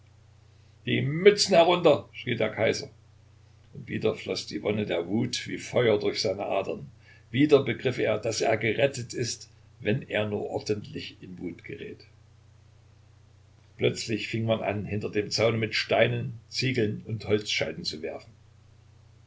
mützen herunter schrie der kaiser und wieder floß die wonne der wut wie feuer durch seine adern wieder begriff er daß er gerettet ist wenn er nur ordentlich in wut gerät plötzlich fing man an hinter dem zaune mit steinen ziegeln und holzscheiten zu werfen